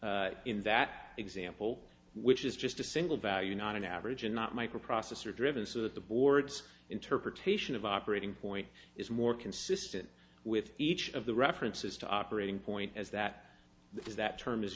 in that example which is just a single value not an average and not microprocessor driven so that the boards interpretation of operating point is more consistent with each of the references to operating point as that is that term is